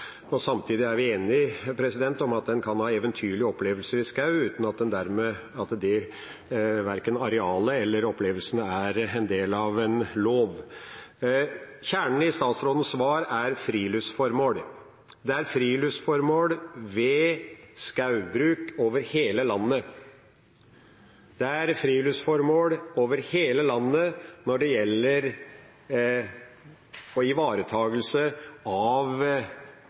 Samtidig er vi enige om at en kan ha eventyrlige opplevelser i skogen, uten at verken arealet eller opplevelsene er en del av en lov. Kjernen i statsrådens svar er friluftsformål. Det er friluftsformål ved skogbruk over hele landet. Det er friluftsformål over hele landet når det gjelder ivaretagelse av